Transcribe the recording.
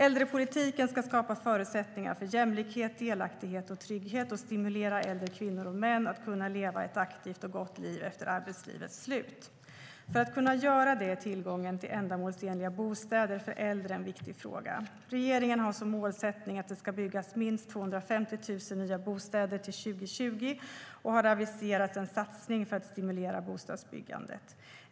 Äldrepolitiken ska skapa förutsättningar för jämlikhet, delaktighet och trygghet och stimulera att äldre kvinnor och män kan leva ett aktivt och gott liv efter arbetslivets slut. För att kunna göra det är tillgången till ändamålsenliga bostäder för äldre en viktig fråga. Regeringen har som målsättning att det ska byggas minst 250 000 nya bostäder till 2020 och har aviserat en satsning för att stimulera bostadsbyggandet.